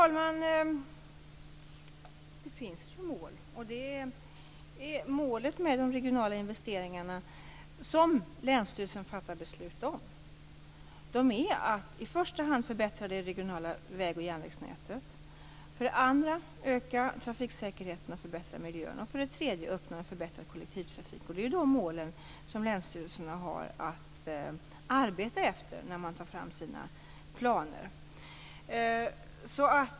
Fru talman! Det finns ju mål. Det finns mål för de regionala investeringar som länsstyrelsen fattar beslut om. Dessa mål är för det första att förbättra det regionala väg och järnvägsnätet, för det andra att öka trafiksäkerheten och förbättra miljön och för det tredje att uppnå en förbättrad kollektivtrafik. Det är dessa mål som länsstyrelserna har att arbeta efter när man tar fram sina planer.